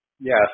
Yes